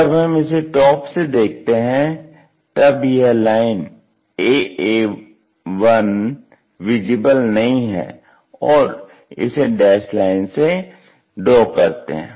जब हम इसे टॉप से देखते हैं तब यह लाइन aa1 विजिबल नहीं है और इसे डैस्ड लाइन से ड्रॉ करते हैं